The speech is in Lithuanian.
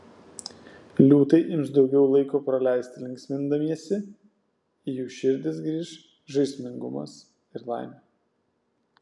liūtai ims daugiau laiko praleisti linksmindamiesi į jų širdis grįš žaismingumas ir laimė